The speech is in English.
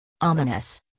ominous